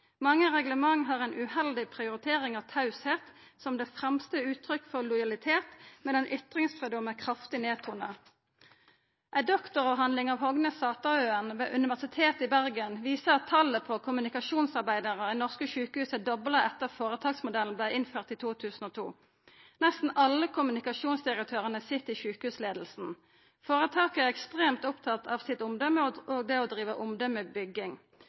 Mange reglement har ei uheldig prioritering av tausheit som det fremste uttrykket for lojalitet, medan ytringsfridom er kraftig nedtona. Ei doktoravhandling av Hogne Sataøen ved Universitetet i Bergen viser at talet på kommunikasjonsarbeidarar i norske sjukehus er dobla etter at føretaksmodellen vart innført i 2002. Nesten alle kommunikasjonsdirektørane sit i sjukehusleiinga. Føretaka er ekstremt opptatt av sitt omdømme og av det å driva